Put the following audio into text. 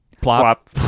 plop